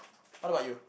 how about you